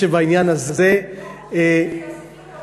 זה לא יוסיף לו,